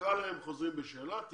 קרא להם חוזרים בשאלה,